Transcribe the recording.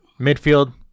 midfield